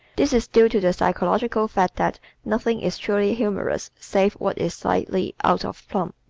this is due to the psychological fact that nothing is truly humorous save what is slightly out of plumb.